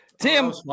Tim